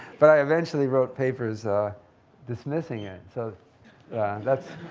but i eventually wrote papers dismissing it. so that's